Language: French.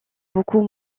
beaucoup